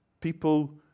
people